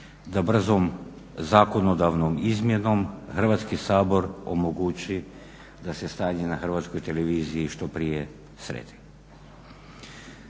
da brzom zakonodavnom izmjenom Hrvatski sabor omogući da se stanje na Hrvatskoj televiziji što prije sredi.